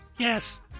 Yes